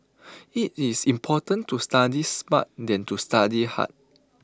IT is more important to study smart than to study hard